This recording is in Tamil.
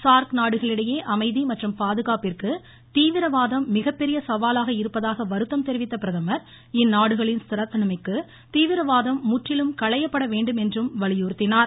சார்க் நாடுகளிடையே அமைதி மற்றும் பாதுகாப்பிற்கு தீவிரவாதம் மிகப்பெரிய சவாலாக இருப்பதாக வருத்தம் தெரிவித்த பிரதமர் இந்நாடுகளின் ஸ்திரத்தன்மைக்கு தீவிரவாதம் முற்றிலும் களையப்பட வேண்டும் என்றும் வலியுறுத்தினார்